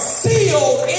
sealed